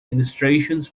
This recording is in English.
illustrations